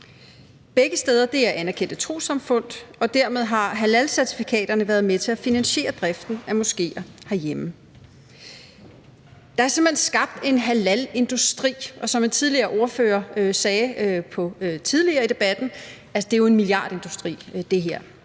Begge steder er anerkendte trossamfund, og dermed har halalcertifikater været med til at finansiere driften af moskeer herhjemme. Der er simpelt hen skabt en halalindustri, og som en anden ordfører sagde tidligere i debatten: Det her er jo en milliardindustri. Det er